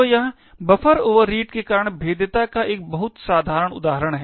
तो यह buffer overread के कारण भेद्यता का एक बहुत साधारण उदाहरण है